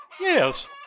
Yes